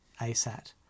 ASAT